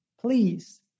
please